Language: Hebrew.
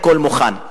הכול מוכן.